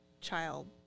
child